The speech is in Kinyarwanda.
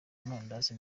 amandazi